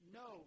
no